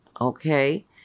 okay